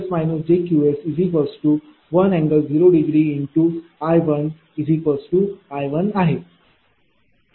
याचा अर्थ Ps jQs1∠0°×I1I1आहे